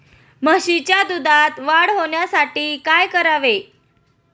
म्हशीच्या दुधात वाढ होण्यासाठी काय करावे?